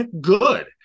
good